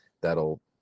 That'll